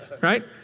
right